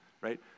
right